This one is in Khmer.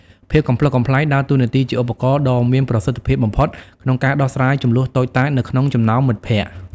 ភាពកំប្លុកកំប្លែងដើរតួនាទីជាឧបករណ៍ដ៏មានប្រសិទ្ធភាពបំផុតក្នុងការដោះស្រាយជម្លោះតូចតាចនៅក្នុងចំណោមមិត្តភក្តិ។